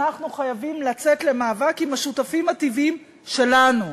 אנחנו חייבים לצאת למאבק עם השותפים הטבעיים שלנו.